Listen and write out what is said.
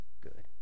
good